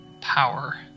power